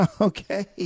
okay